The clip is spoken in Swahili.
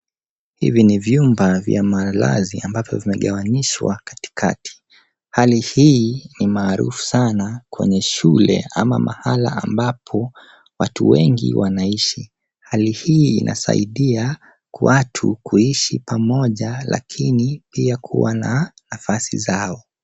Hivi ni vyumba vya malazi ambavyo vimegawanyishwa katikati. Hali hii ni maarudi sana kwenye shule ama mahala ambapo watu wengi wanaishi. Hali hii inasaidia watu kuishi pamoja lakini pia kuwa na nafasi zao.